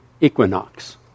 equinox